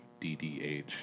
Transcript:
DDH